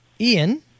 Ian